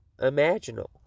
imaginal